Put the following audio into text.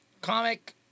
Comic